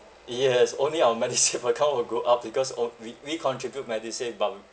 yes only our MediSave account will grow up because on~ we we contribute MediSave but we